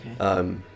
Okay